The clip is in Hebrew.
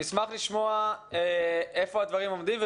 נשמח לשמוע היכן הדברים עומדים.